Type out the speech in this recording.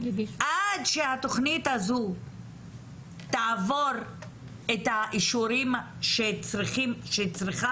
עד שהתוכנית הזו תעבור את האישורים שצריכה